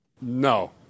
No